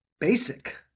basic